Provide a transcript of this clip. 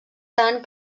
tant